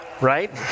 right